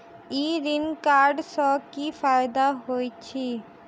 ई श्रम कार्ड सँ की फायदा होइत अछि?